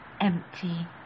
empty